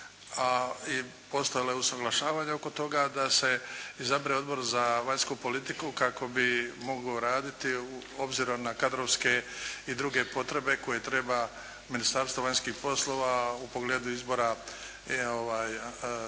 i poslali na usaglašavanje oko toga da se izabere Odbor za vanjsku politiku kako bi mogao raditi obzirom na kadrovske i druge potpore koje treba Ministarstvo vanjskih poslova u pogledu izbora i